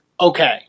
okay